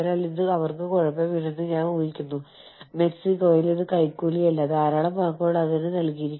അതിനാൽ എത്രമാത്രം ഏകോപനം ഉണ്ട് സാമ്പത്തിക പ്രക്രിയയിൽ ആതിഥേയരായ സർക്കാരുകളുടെ പങ്കാളിത്തത്തിന്റെ സ്വഭാവം